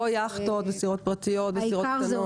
לא יאכטות וסירות פרטיות וסירות קטנות.